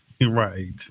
Right